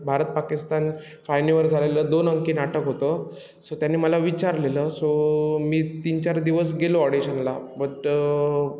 भारत पाकिस्तान फाळणीवर झालेलं दोन अंकी नाटक होतं सो त्यांनी मला विचारलेलं सो मी तीन चार दिवस गेलो ऑडिशनला बट